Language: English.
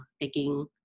taking